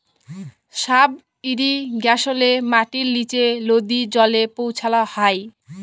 sub ইরিগেশলে মাটির লিচে লদী জলে পৌঁছাল হ্যয়